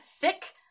thick